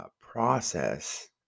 process